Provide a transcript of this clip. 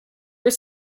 were